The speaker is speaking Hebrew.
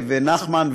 ונחמן,